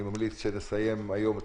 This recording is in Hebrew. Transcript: אני ממליץ שנסיים היום.